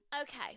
Okay